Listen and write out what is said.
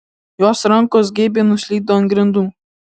jos rankos geibiai nuslydo ant grindų